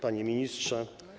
Panie Ministrze!